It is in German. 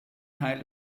teil